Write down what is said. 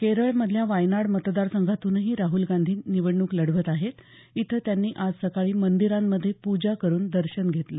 केरळ मधल्या वायनाड मतदार संघातूनही राहुल गांधी निवडणूक लढवत आहेत इथं त्यांनी आज सकाळी मंदिरांमध्ये पूजा करून दर्शन घेतलं